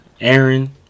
Aaron